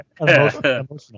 emotional